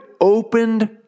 opened